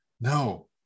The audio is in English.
No